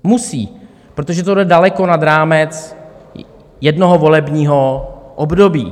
Musí, protože to jde daleko nad rámec jednoho volebního období.